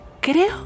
Creo